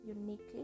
uniquely